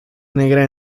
negra